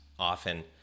often